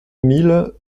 mille